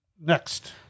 next